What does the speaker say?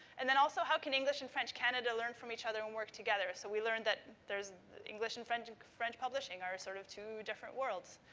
and then also how can english and french canada learn from each other and work together? so, we learned that there's english and french and french publishing, are sort of two different worlds.